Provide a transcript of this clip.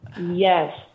Yes